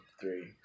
three